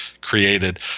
created